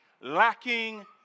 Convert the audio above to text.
lacking